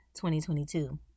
2022